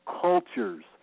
cultures